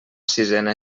sisena